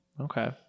Okay